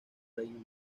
reino